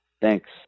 Thanks